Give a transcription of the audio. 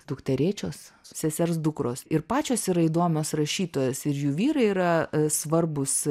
dukterėčios sesers dukros ir pačios yra įdomios rašytojos ir jų vyrai yra svarbūs